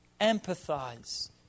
empathize